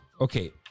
Okay